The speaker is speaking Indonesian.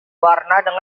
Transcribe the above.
warna